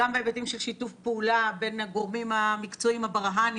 גם בהיבטים של שיתוף פעולה בין הגורמים המקצועיים הברה"נים